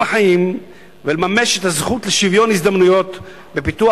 החיים ולממש את הזכות לשוויון הזדמנויות ולפיתוח